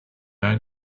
own